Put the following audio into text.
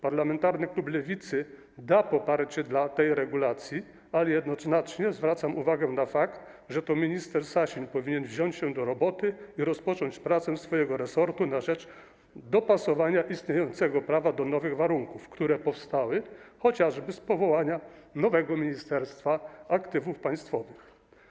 Parlamentarny klub Lewicy da poparcie tej regulacji, ale jednoznacznie zwracam uwagę na fakt, że to minister Sasin powinien wziąć się do roboty i rozpocząć pracę swojego resortu na rzecz dopasowania istniejącego prawa do nowych warunków, które powstały chociażby w wyniku powołania nowego ministerstwa, Ministerstwa Aktywów Państwowych.